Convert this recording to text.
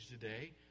today